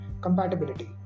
compatibility